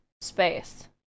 space